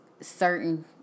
certain